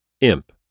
Imp